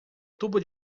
tubo